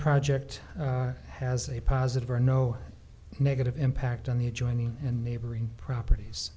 project has a positive or no negative impact on the adjoining and neighboring properties